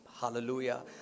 Hallelujah